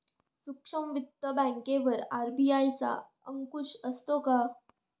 सूक्ष्म वित्त बँकेवर आर.बी.आय चा अंकुश असतो का?